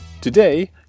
Today